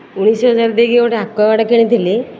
ମୁଁ ସେ ଯେମିତିକି ଗୋଟିଏ ଆକ୍ୱାଗାର୍ଡ଼ କିଣିଥିଲି